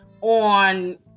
on